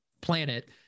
planet